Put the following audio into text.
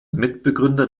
mitbegründer